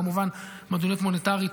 כמובן מדיניות מוניטרית,